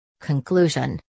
Conclusion